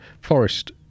Forest